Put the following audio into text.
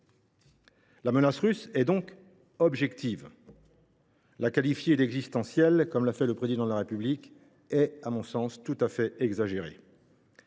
La menace russe est donc objective. La qualifier d’existentielle, comme l’a fait le Président de la République, est à mon sens tout à fait exagéré,